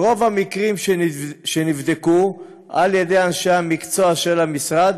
ברוב המקרים שנבדקו על-ידי אנשי המקצוע של המשרד